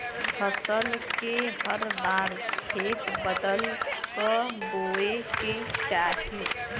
फसल के हर बार खेत बदल क बोये के चाही